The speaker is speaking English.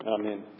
Amen